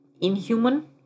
inhuman